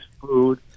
food